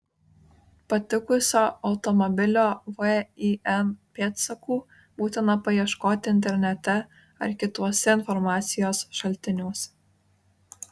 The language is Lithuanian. patikusio automobilio vin pėdsakų būtina paieškoti internete ar kituose informacijos šaltiniuose